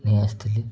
ନେଇ ଆସିଥିଲି